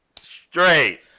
straight